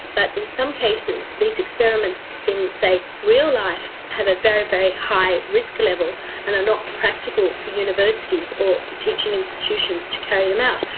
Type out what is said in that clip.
but in some cases these experiments in, say, real life, have a very, very high risk level and are not practical for universities or teaching institutions to carry them out.